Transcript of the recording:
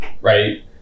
right